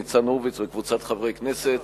ניצן הורוביץ וקבוצת חברי הכנסת,